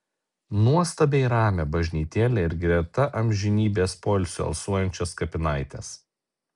nuostabiai ramią bažnytėlę ir greta amžinybės poilsiu alsuojančias kapinaites